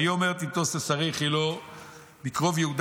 "ויאמר טימותאוס לשרי חילו בקרוב יהודה